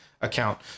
account